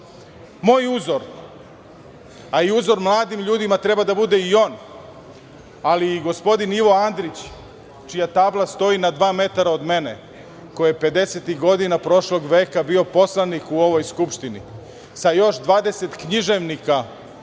Moj uzor, a i uzor mladim ljudima treba da bude i on, ali i gospodin Ivo Andrić, čija tabla stoji na dva metra od mene, koji je pedesetih godina prošlog veka bio poslanik u ovoj Skupštini, sa još dvadeset književnika,